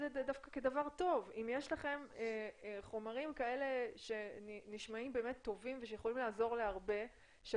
אם יש לכם חומרים שנשמעים טובים ויכולים לעזור להרבה תלמידים,